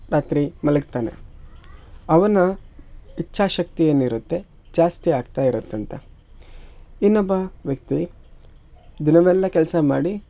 ರಾತ್ರಿ ಮಲಗ್ತಾನೆ ಅವನ ಇಚ್ಚಾಶಕ್ತಿ ಏನಿರತ್ತೆ ಜಾಸ್ತಿ ಆಗ್ತಾ ಇರತ್ತಂತೆ ಇನ್ನೊಬ್ಬ ವ್ಯಕ್ತಿ ದಿನವೆಲ್ಲ ಕೆಲಸ ಮಾಡಿ